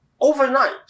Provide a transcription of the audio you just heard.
overnight